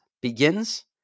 begins